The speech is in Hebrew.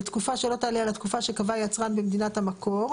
לתקופה שלא תעלה על התקופה שקבע היצרן במדינת המקור.